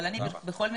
אבל בכל מקרה,